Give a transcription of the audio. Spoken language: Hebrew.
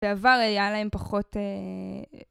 בעבר היה להם פחות...